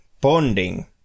bonding